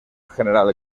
general